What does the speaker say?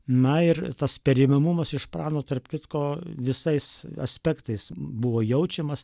na ir tas pereinamumas iš prano tarp kitko visais aspektais buvo jaučiamas